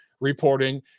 reporting